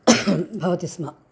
भवति स्म